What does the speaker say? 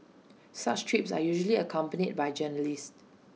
such trips are usually accompanied by journalists